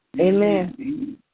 Amen